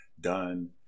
done